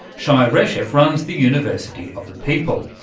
shai reshef runs the university of the people.